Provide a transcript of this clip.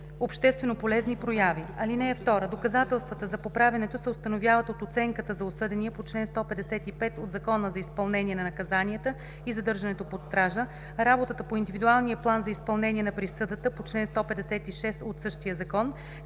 общественополезни прояви. (2) Доказателствата за поправянето се установяват от оценката за осъдения по чл. 155 от Закона за изпълнение на наказанията и задържането под стража, работата по индивидуалния план за изпълнение на присъдата по чл. 156 от същия закон,